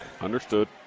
Understood